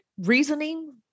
reasoning